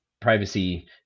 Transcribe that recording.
privacy